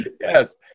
yes